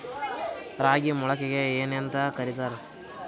ರಾಗಿ ಮೊಳಕೆಗೆ ಏನ್ಯಾಂತ ಕರಿತಾರ?